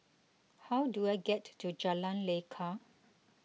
how do I get to Jalan Lekar